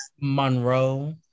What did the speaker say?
Monroe